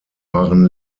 waren